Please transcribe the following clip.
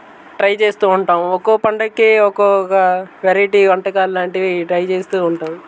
try చేస్తూ ఉంటాము ఒక్కొ పండక్కి ఒకొక్క వెరైటీ వంటకాలాంటివి ట్రై చేస్తూ ఉంటాము